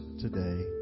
today